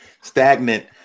stagnant